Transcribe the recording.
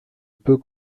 peu